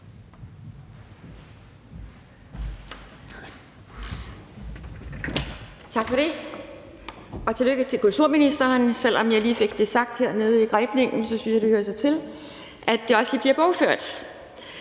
Tak for det, og tillykke til kulturministeren. Selv om jeg lige fik det sagt hernede i grebningen, synes jeg, det hører sig til, at det også kommer med